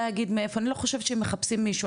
אני לא חושבת שהם מחפשים מישהו,